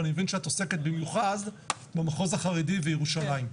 ואני מבין שאת עוסקת במיוחד במחוז החרדי וירושלים.